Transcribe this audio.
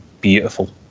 beautiful